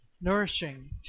nourishing